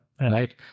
right